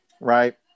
right